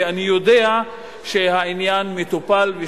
ואני יודע שהעניין מטופל,